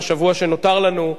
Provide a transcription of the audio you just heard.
בשבוע שנותר לנו,